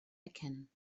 erkennen